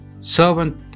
servant